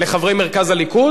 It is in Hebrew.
לחברי מרכז הליכוד,